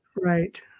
Right